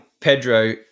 Pedro